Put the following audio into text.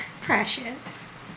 Precious